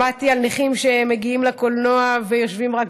שמעתי על נכים שמגיעים לקולנוע ויושבים רק